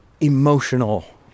emotional